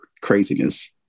craziness